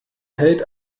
hält